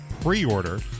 pre-order